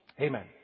Amen